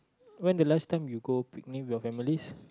when the last time you go picnic with your families